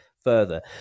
further